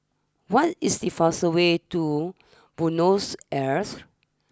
what is the fastest way to Buenos Aires